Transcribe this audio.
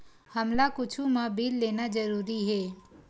हमला कुछु मा बिल लेना जरूरी हे?